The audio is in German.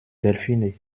delfine